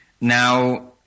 Now